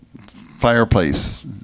fireplace